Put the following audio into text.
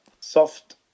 soft